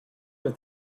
have